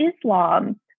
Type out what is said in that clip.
Islam